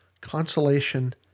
consolation